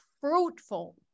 fruitful